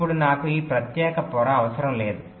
అప్పుడు నాకు ఈ ప్రత్యేక పొర అవసరం లేదు